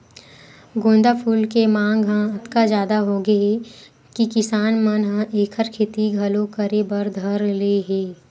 गोंदा फूल के मांग ह अतका जादा होगे हे कि किसान मन ह एखर खेती घलो करे बर धर ले हे